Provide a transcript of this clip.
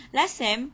last sem